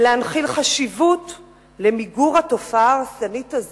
ולהנחיל חשיבות למיגור התופעה ההרסנית הזו,